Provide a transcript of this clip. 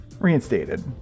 reinstated